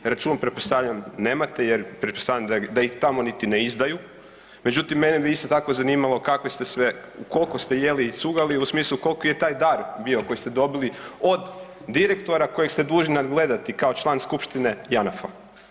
Račun pretpostavljam nemate jer pretpostavljam da ih tamo niti ne izdaju, međutim mene bi isto tako zanimalo kakve ste sve, koliko ste jeli i cugali u smislu koliki je taj dar bio koji ste dobili od direktora koji ste dužni nadgledati kao član skupštine Janafa.